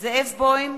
זאב בוים,